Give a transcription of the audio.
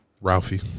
Ralphie